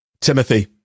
Timothy